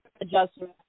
adjustment